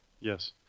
Yes